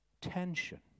tension